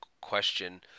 question